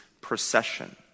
procession